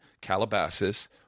Calabasas